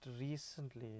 recently